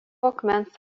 akmens